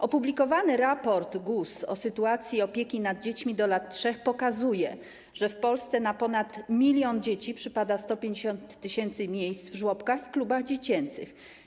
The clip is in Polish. Opublikowany raport GUS o sytuacji opieki nad dziećmi do lat 3 pokazuje, że w Polsce na ponad 1 mln dzieci przypada 150 tys. miejsc w żłobkach i klubach dziecięcych.